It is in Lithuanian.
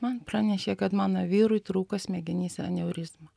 man pranešė kad mano vyrui trūko smegenyse aneurizma